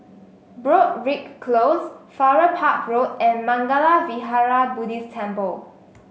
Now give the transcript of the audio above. Broadrick Close Farrer Park Road and Mangala Vihara Buddhist Temple